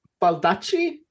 Baldacci